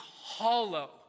hollow